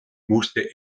musste